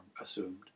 assumed